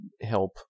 help